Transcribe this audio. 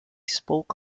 spoke